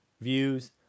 views